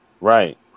Right